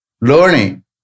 learning